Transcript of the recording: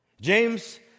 James